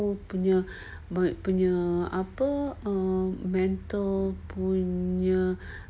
punya punya apa mental mental punya